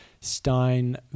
Stein